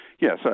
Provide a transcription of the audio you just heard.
yes